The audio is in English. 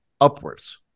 upwards